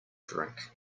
drink